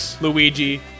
Luigi